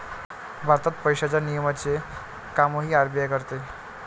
भारतात पैशांच्या नियमनाचे कामही आर.बी.आय करते